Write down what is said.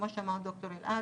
כמו שאמר ד"ר אלעד,